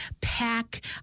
pack